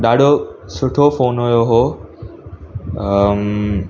ॾाढो सुठो फ़ोन हुओ उहो